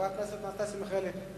וחברת הכנסת אנסטסיה מיכאלי,